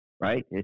right